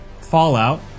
Fallout